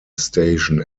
station